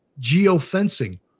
geofencing